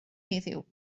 heddiw